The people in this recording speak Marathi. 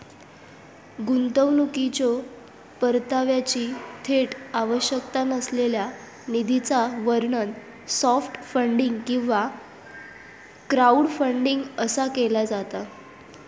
गुंतवणुकीच्यो परताव्याची थेट आवश्यकता नसलेल्या निधीचा वर्णन सॉफ्ट फंडिंग किंवा क्राऊडफंडिंग असा केला जाता